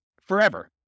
forever